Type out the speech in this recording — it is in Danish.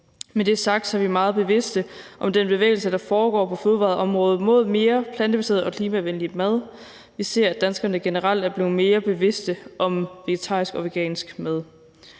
Med det sagt er vi meget bevidste om den bevægelse, der foregår på fødevareområdet, mod mere plantebaseret og klimavenlig mad. Vi ser, at danskerne generelt er blevet mere bevidste om vegetarisk og organisk mad.